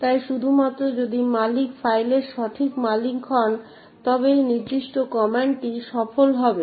তাই শুধুমাত্র যদি মালিক ফাইলের সঠিক মালিক হন তবেই এই নির্দিষ্ট কমান্ডটি সফল হবে